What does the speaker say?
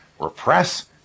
repress